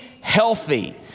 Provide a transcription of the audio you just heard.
healthy